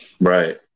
Right